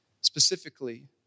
specifically